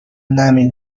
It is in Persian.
نمی